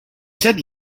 said